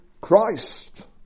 Christ